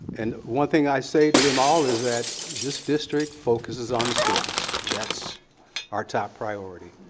and one thing i say to them all is that this district focuses on the students. that's our top priority.